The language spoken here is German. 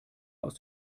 aus